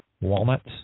walnuts